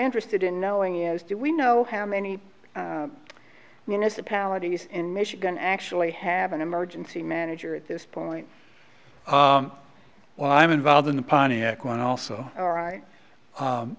interested in knowing is do we know how many municipalities in michigan actually have an emergency manager at this point well i'm involved in the pontiac one also all right